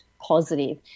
positive